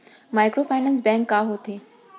Microfinance bank का होथे?